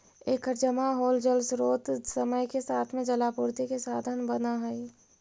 एकर जमा होल जलस्रोत समय के साथ में जलापूर्ति के साधन बनऽ हई